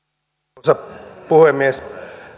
arvoisa puhemies